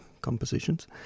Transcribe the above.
compositions